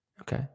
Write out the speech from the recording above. Okay